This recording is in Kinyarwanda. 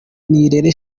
nirere